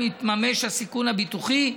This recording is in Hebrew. אם יתממש הסיכון הביטוחי,